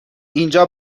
اینجا